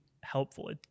helpful